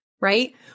right